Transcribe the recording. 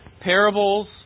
parables